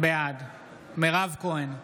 בעד מירב כהן,